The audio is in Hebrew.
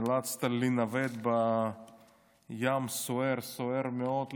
שנאלצת לנווט פה בים סוער, סוער מאוד לפעמים,